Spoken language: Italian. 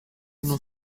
uno